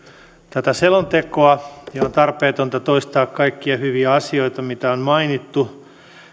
tätä selontekoa ja on tarpeetonta toistaa kaikkia hyviä asioita mitä on mainittu